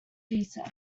thesis